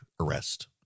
arrest